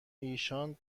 ایشان